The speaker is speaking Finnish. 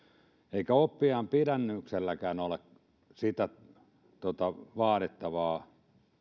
eikä oppiajan pidennyksestäkään ole sitä vaadittavaa